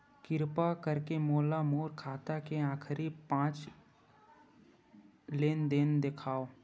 किरपा करके मोला मोर खाता के आखिरी पांच लेन देन देखाव